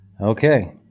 Okay